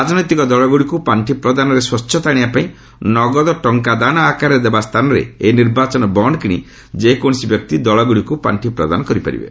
ରାଜନୈତିକ ଦଳଗୁଡ଼ିକ୍ ପାର୍ଷି ପ୍ରଦାନରେ ସ୍ୱଚ୍ଛତା ଆଣିବାପାଇଁ ନଗଦ ଟଙ୍କା ଦାନ ଆକାରରେ ଦେବା ସ୍ଥାନରେ ଏହି ନିର୍ବାଚନ ବଣ୍ଡ୍ କିଣି ଯେକୌଣସି ବ୍ୟକ୍ତି ଦଳଗୁଡ଼ିକ୍ ପାର୍ଷି ପ୍ରଦାନ କରିପାରିବେ